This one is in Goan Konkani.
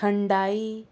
थंडायी